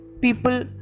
people